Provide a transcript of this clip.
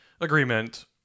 agreement